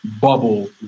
bubble